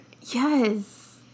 yes